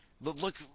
Look